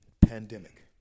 pandemic